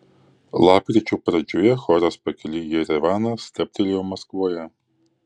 lapkričio pradžioje choras pakeliui į jerevaną stabtelėjo maskvoje